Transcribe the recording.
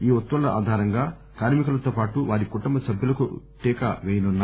ఈ ఉత్తర్వుల ఆధారంగా కార్మి కులతోపాటు వారి కుటుంబ సభ్యులకు టీకా పేయనున్నారు